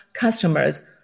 customers